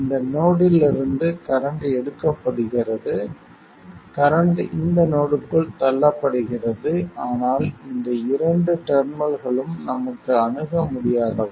இந்த நோடிலிருந்து கரண்ட் எடுக்கப்படுகிறது கரண்ட் இந்த நோடுக்குள் தள்ளப்படுகிறது ஆனால் இந்த இரண்டு டெர்மினல்களும் நமக்கு அணுக முடியாதவை